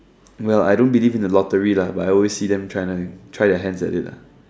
well I don't believe in the lottery but I always see them try try their hands on it